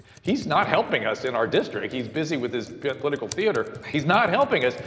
he's not helping us in our district. he's busy with his clinical theater. he's not helping us.